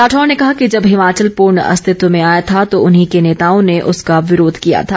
राठौर ने कहा कि जब हिमाचल पूर्ण अस्तित्व में आया था तो उन्हीं के नेताओं ने उसका विरोध किया था